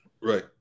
Right